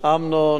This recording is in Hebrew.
אבל בהחלט,